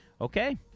Okay